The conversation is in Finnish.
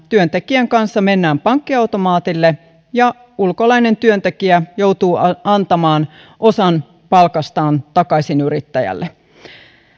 työntekijän kanssa mennään pankkiautomaatille ja ulkolainen työntekijä joutuu antamaan osan palkastaan takaisin yrittäjälle